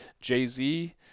Jay-Z